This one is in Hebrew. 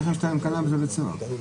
איך אפשר עם קנאביס בבית סוהר?